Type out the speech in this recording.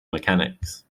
mechanics